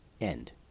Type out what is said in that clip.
end